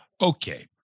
Okay